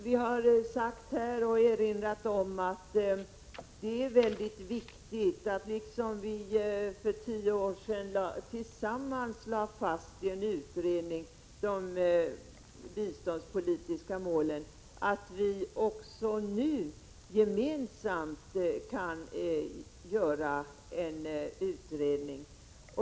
Vi har framhållit att det är mycket viktigt att vi, på samma sätt som vi för tio år sedan tillsammans i en utredning lade fast de biståndspolitiska målen, också nu gemensamt kan göra en utredning.